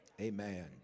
Amen